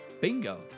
Bingo